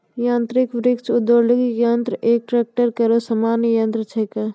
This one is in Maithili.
यांत्रिक वृक्ष उद्वेलक यंत्र एक ट्रेक्टर केरो सामान्य यंत्र छिकै